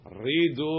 read